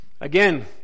again